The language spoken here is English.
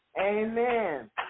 Amen